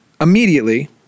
Immediately